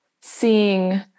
seeing